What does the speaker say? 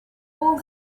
all